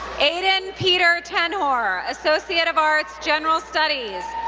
aidan pieter tenhoor, associate of arts, general studies,